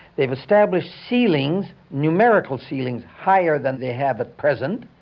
they've established ceilings, numerical ceilings higher than they have at present,